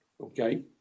okay